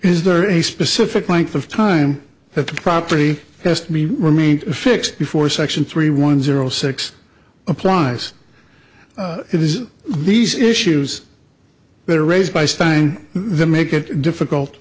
is there a specific length of time that the property has to be remained fixed before section three one zero six applies it is these issues that are raised by studying the make it difficult